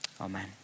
Amen